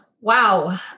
Wow